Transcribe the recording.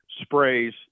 sprays